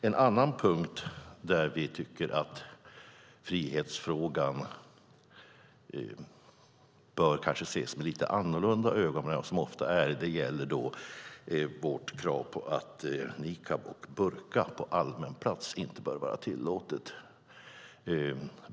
En annan punkt där vi tycker att frihetsfrågan bör ses med lite andra ögon än vad som ofta är fallet gäller kravet på att niqab och burka på allmän plats inte bör vara tillåtet.